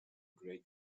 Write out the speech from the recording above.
great